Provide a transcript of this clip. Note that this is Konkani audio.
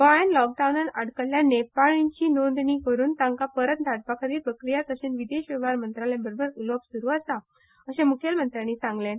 गोंयांत लॉकडावनांत आडकल्ल्या नेपाळींची नोंदणी करून तांकां परतून धाडपा खातीर प्रक्रिया तशेंच विदेश वेव्हार मंत्रालया बरोबर उलोवप सुरू आसा अशेय मुखेलमंत्र्यांनी सांगलें